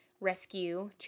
rescue